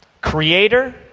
Creator